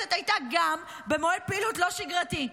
כשהכנסת הייתה גם במועד פעילות לא שגרתי.